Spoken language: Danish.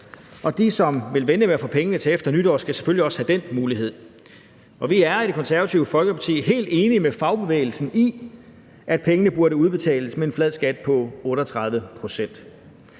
de, som vil vente med at få pengene til efter nytår, skal selvfølgelig også have den mulighed. Vi er i Det Konservative Folkeparti helt enige med fagbevægelsen i, at pengene burde udbetales med en flad skat på 38 pct.